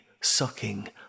sucking